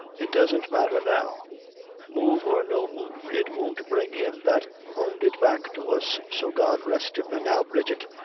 it doesn't matther now move or no move, it won't bring him that owned it back to us, so god rest him and now, bridget,